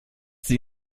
sie